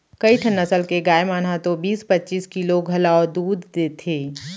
कइठन नसल के गाय मन ह तो बीस पच्चीस किलो घलौ दूद देथे